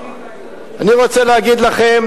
אני רוצה להגיד לכם,